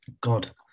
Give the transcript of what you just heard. God